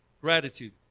Gratitude